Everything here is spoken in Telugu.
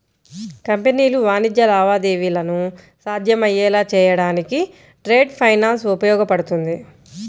కంపెనీలు వాణిజ్య లావాదేవీలను సాధ్యమయ్యేలా చేయడానికి ట్రేడ్ ఫైనాన్స్ ఉపయోగపడుతుంది